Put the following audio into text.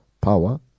power